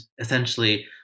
essentially